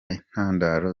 intandaro